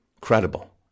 credible